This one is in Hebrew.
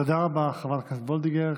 תודה רבה, חברת הכנסת וולדיגר.